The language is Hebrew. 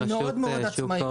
הם מאוד עצמאיים.